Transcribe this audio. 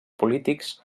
polítics